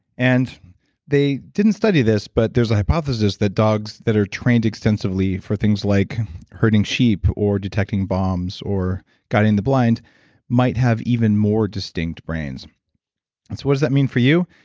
and they didn't study this, but there's a hypothesis that dogs that are trained extensively for things like herding sheep or detecting bombs or guiding the blind might have even more distinct brains so what does that mean for you?